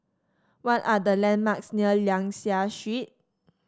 what are the landmarks near Liang Seah Street